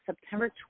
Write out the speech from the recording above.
September